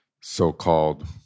so-called